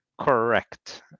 correct